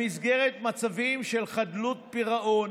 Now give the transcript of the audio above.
במסגרת מצבים של חדלות פירעון